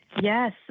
Yes